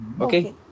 Okay